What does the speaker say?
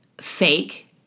fake